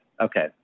okay